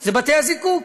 זה בתי-הזיקוק.